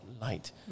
light